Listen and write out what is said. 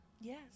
Yes